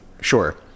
Sure